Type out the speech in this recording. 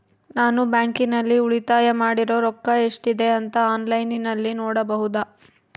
ನಾನು ಬ್ಯಾಂಕಿನಲ್ಲಿ ಉಳಿತಾಯ ಮಾಡಿರೋ ರೊಕ್ಕ ಎಷ್ಟಿದೆ ಅಂತಾ ಆನ್ಲೈನಿನಲ್ಲಿ ನೋಡಬಹುದಾ?